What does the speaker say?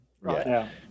right